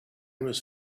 was